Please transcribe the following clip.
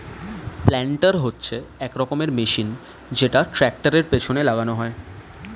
planter হচ্ছে এক রকমের মেশিন যেটা ট্র্যাক্টরের পেছনে লাগানো হয়